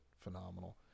phenomenal